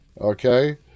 okay